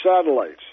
satellites